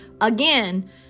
again